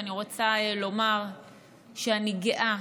אני רוצה לומר שאני גאה